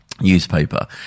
newspaper